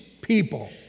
people